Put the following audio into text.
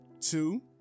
two